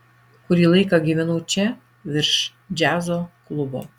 kurį laiką gyvenau čia virš džiazo klubo